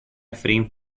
frame